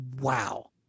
wow